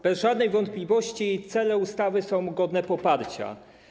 Bez żadnej wątpliwości cele ustawy są godne poparcia.